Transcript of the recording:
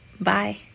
Bye